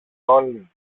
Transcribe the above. όλοι